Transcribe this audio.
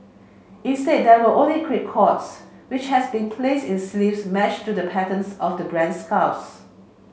instead there were only records which has been placed in sleeves matched to the patterns of the brand's scarves